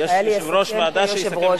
מיכאלי יסכם כיושב-ראש ועדה.